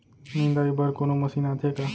निंदाई बर कोनो मशीन आथे का?